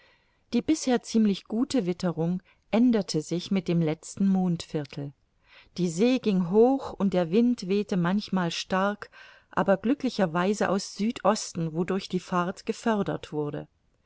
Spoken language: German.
die bisher ziemlich gute witterung änderte sich mit dem letzten mondviertel die see ging hoch und der wind wehte manchmal stark aber glücklicher weise aus südosten wodurch die fahrt gefördert wurde